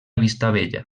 vistabella